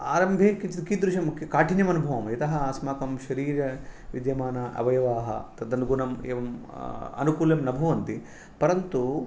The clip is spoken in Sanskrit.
आरम्भे किञ्चित् कीदृशं काठिन्यं अनुभवामः यतः अस्माकं शरीरे विद्यमान अवयवाः तदनुगुणम् एवं अनुकूलं न अनुभवन्ति परन्तु